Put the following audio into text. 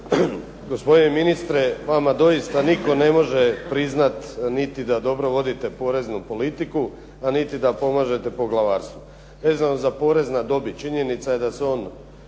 Gospodine ministre, vama doista nitko ne može priznati niti da dobro vodite poreznu politiku, a niti da pomažete poglavarstvu. Vezano za porez na dobit, činjenica je da se on